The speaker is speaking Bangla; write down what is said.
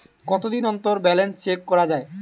কতদিন অন্তর ব্যালান্স চেক করা য়ায়?